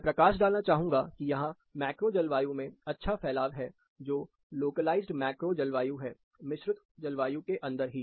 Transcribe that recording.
मैं प्रकाश डालना चाहूंगा कि यहां मैक्रो जलवायु में अच्छा फैलाव है जो लोकलाइज्ड मैक्रो जलवायु है मिश्रित जलवायु के अंदर ही